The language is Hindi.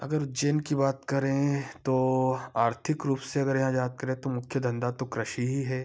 अगर उज्जैन की बात करें तो आर्थिक रूप से अगर यहाँ याद करें तो मुख्य धंधा तो कृषि ही है